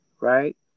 right